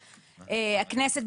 הכנסת,